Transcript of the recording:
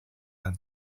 are